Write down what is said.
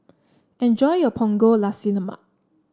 enjoy your Punggol Nasi Lemak